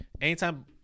Anytime